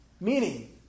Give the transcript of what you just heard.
meaning